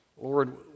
Lord